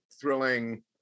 thrilling